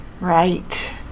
Right